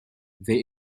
they